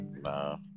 No